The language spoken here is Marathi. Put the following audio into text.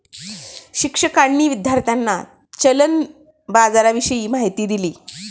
शिक्षकांनी विद्यार्थ्यांना चलन बाजाराविषयी माहिती दिली